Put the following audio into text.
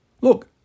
Look